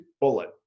bullet